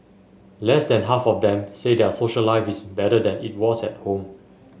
less than half of them say their social life is better than it was at home